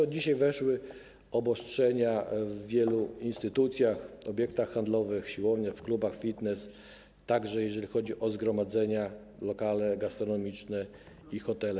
Od dzisiaj weszły także obostrzenia w wielu instytucjach, obiektach handlowych, siłowniach, klubach fitness, również jeżeli chodzi o zgromadzenia, lokale gastronomiczne i hotele.